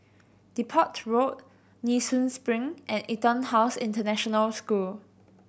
Depot Road Nee Soon Spring and EtonHouse International School